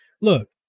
Look